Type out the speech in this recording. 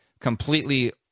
completely